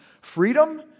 freedom